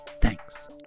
Thanks